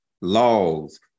laws